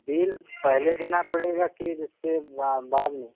bill पहले देना पड़ेगा कि जैसे बाद में